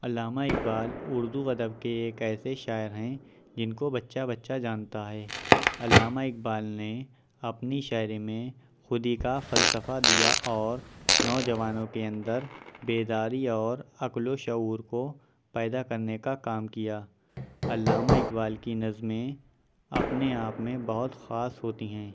علامہ اقبال اردو ادب کے ایک ایسے شاعر ہیں جن کو بچہ بچہ جانتا ہے علامہ اقبال نے اپنی شاعری میں خودی کا فلسفہ دیا اور نوجوانوں کے اندر بیداری اور عقل و شعور کو پیدا کرنے کا کام کیا علامہ اقبال کی نظمیں اپنے آپ میں بہت خاص ہوتی ہیں